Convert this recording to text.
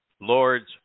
Lords